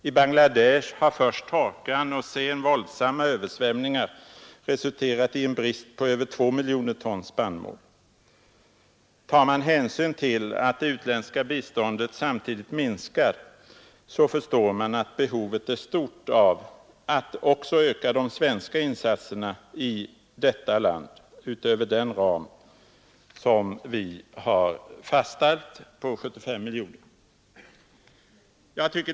I Bangladesh har först torkan och sedan våldsamma översvämningar resulterat i en brist på över 2 miljoner ton spannmål. Tar man hänsyn till att det utländska biståndet samtidigt minskar förstår man att behovet är stort av att öka de svenska insatserna i detta land utöver den ram på 75 miljoner kronor som vi har fastställt.